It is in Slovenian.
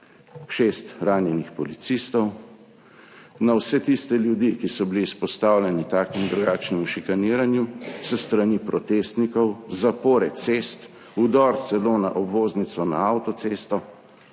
šest ranjenih policistov, na vse tiste ljudi, ki so bili izpostavljeni takemu in drugačnemu šikaniranju s strani protestnikov, zapore cest, celo vdor na obvoznico, na avtocesto.